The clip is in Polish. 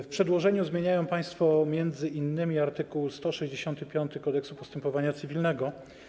W przedłożeniu zmieniają państwo m.in. art. 165 Kodeksu postępowania cywilnego.